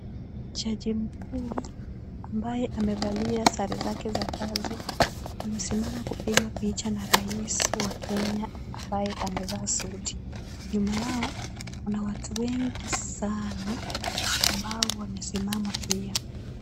Jaji mkuu ambaye amevalia sare zake za kazi, amesimama kupigwa picha na rais wa Kenya ambaye amevaa suti. Nyuma yao kuna watu wengi sana ambao wamesimama pia.